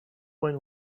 when